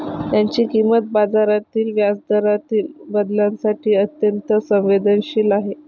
त्याची किंमत बाजारातील व्याजदरातील बदलांसाठी अत्यंत संवेदनशील आहे